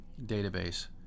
database